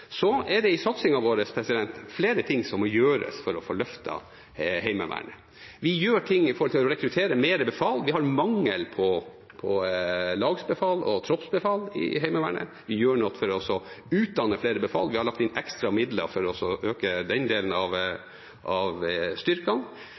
Så er det i satsingen vår flere ting som må gjøres for å få løftet Heimevernet. Vi gjør ting for å rekruttere flere befal – det er mangel på lagsbefal og troppsbefal i Heimevernet. Vi gjør noe for å utdanne flere befal. Vi har lagt inn ekstra midler for å øke den delen av